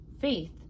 faith